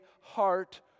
heart